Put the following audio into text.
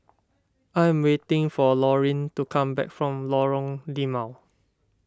I am waiting for Lorine to come back from Lorong Limau